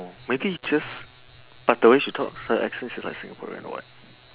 maybe just but the way she talk her accent is like singaporean or what